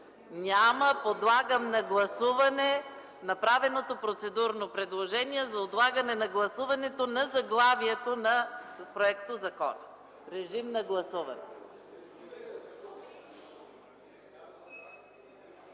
Няма. Подлагам на гласуване направеното процедурно предложение за отлагане на гласуването на заглавието на законопроекта. Гласували